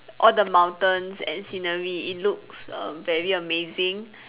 all the mountains and scenery it looks err very amazing